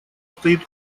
стоит